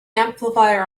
amplifier